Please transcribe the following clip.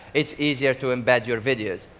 it's easier to embed your videos.